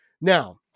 Now